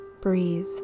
Breathe